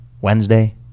Wednesday